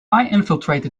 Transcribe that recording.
infiltrated